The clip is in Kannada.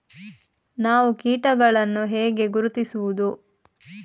ನಾವು ಕೀಟಗಳನ್ನು ಹೇಗೆ ಗುರುತಿಸುವುದು?